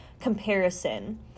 comparison